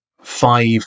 five